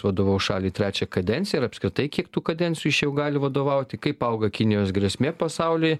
vadovaus šaliai trečią kadenciją ir apskritai kiek tų kadencijų gali vadovauti kaip auga kinijos grėsmė pasauliui